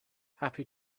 happy